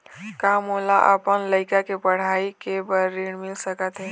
का मोला अपन लइका के पढ़ई के बर ऋण मिल सकत हे?